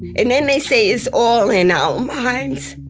and then they say it's all in our minds,